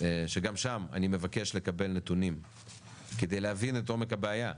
שגם שם אני מבקש לקבל נתונים כדי להבין את עומק הבעיה,